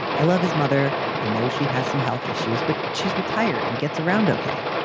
i love his mother. i know she has some health issues, but she's retired and gets around okay.